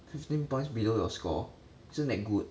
fifteen points below your score isn't that good